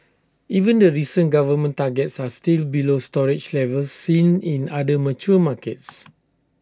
even the recent government targets are still below storage levels seen in other mature markets